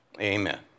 Amen